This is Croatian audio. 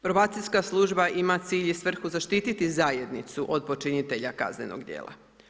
Probacijska služba ima cilj i svrhu zaštititi zajednici od počinitelja kaznenog djela.